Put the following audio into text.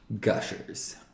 Gushers